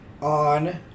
on